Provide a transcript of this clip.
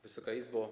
Wysoka Izbo!